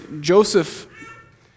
Joseph